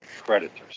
creditors